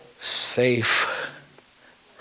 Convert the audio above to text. safe